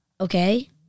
Okay